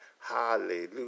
hallelujah